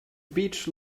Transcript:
beach